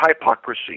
hypocrisy